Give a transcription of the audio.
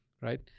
right